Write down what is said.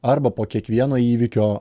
arba po kiekvieno įvykio